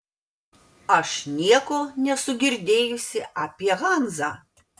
aš nieko nesu girdėjusi apie hanzą